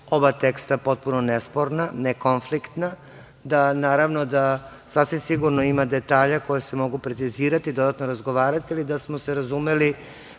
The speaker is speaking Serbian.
oba teksta potpuno nesporna, nekonfliktna, da naravno da sasvim sigurno ima detalja koji se mogu precizirati, dodatno razgovarati, ali da smo se razumeli